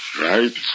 Right